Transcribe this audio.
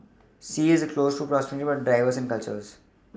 sea is close in proximity but very diverse in cultures